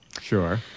Sure